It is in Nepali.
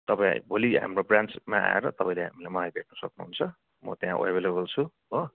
तपाईँ भोलि हाम्रो ब्रान्चमा आएर तपाईँले हामीलाई मलाई भेट्न सक्नुहुन्छ म त्यहाँ एभाइलेबल छु हो